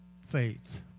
faith